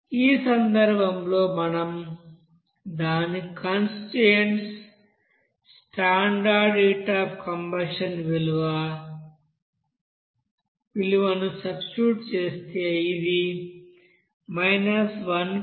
ఈ సందర్భంలో మనం దాని constituents standard heat of combustion విలువను సబ్స్టిట్యూట్ చేస్తే ఇది 1559